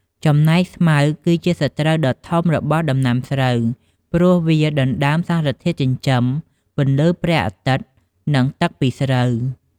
ចំណែកស្មៅគឺជាសត្រូវដ៏ធំរបស់ដំណាំស្រូវ ព្រោះវាដណ្ដើមសារធាតុចិញ្ចឹម ពន្លឺព្រះអាទិត្យ និងទឹកពីស្រូវ។